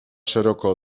szeroko